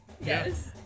Yes